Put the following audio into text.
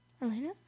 Elena